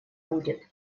будет